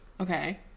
Okay